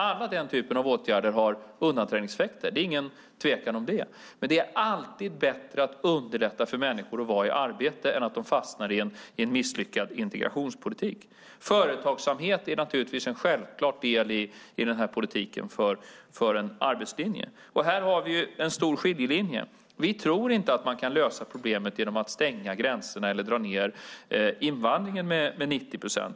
Alla åtgärder av den typen har undanträngningseffekter - det råder ingen tvekan om det - men det är alltid bättre att underlätta för människor att vara i arbete än att de fastnar i en misslyckad integrationspolitik. Företagsamhet är naturligtvis en självklar del i politiken för en arbetslinje. Här finns en stor skiljelinje. Vi tror inte att man kan lösa problemet genom att stänga gränser eller minska invandringen med 90 procent.